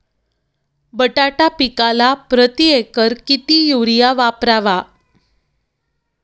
बटाटा पिकाला प्रती एकर किती युरिया वापरावा?